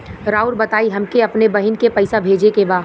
राउर बताई हमके अपने बहिन के पैसा भेजे के बा?